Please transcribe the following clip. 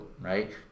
right